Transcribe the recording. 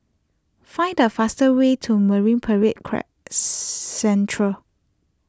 find the fastest way to Marine Parade Central